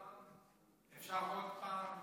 אפשר עוד פעם?